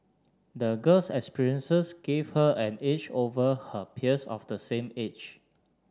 the girl's experiences gave her an edge over her peers of the same age